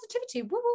positivity